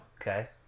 okay